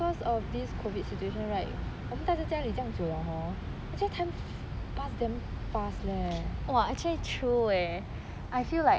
of this COVID situation right 我们呆在家里这样久 liao hor actually time pass damn fast eh